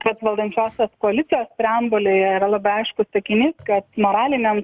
kad valdančiosios koalicijos preambulėje yra labai aiškus sakinys kad moraliniam